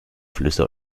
flüsse